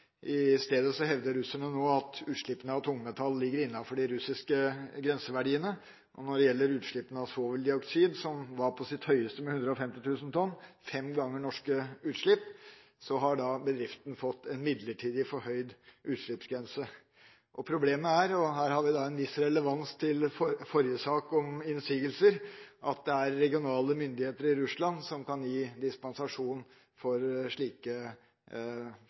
I stedet hevder russerne nå at utslippene av tungmetall ligger innenfor de russiske grenseverdiene. Når det gjelder utslippene av svoveldioksid – som var på sitt høyeste med 150 000 tonn, fem ganger norske utslipp – har bedriften fått en midlertidig forhøyet utslippsgrense. Problemet er – og her har vi en viss relevans til forrige sak om innsigelser – at det er regionale myndigheter i Russland som kan gi dispensasjon for slike